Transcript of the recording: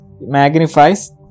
magnifies